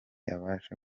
abasha